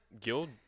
Guild